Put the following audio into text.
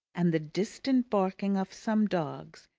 and the distant barking of some dogs,